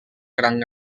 gran